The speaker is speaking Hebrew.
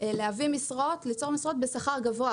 ליצור משרות בשכר גבוה.